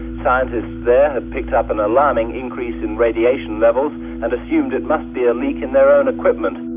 scientists there had picked up an alarming increase in radiation levels and assumed it must be a leak in their own equipment.